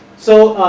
so,